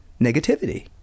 negativity